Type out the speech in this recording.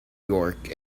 york